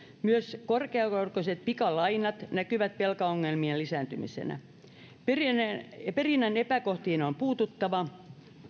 myös korkeakorkoiset pikalainat näkyvät velkaongelmien lisääntymisenä perinnän epäkohtiin on puututtava